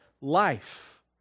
life